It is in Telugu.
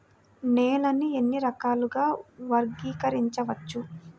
నేలని ఎన్ని రకాలుగా వర్గీకరించవచ్చు?